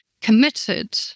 committed